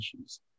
issues